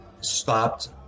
stopped